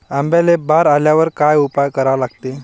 आंब्याले बार आल्यावर काय उपाव करा लागते?